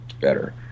better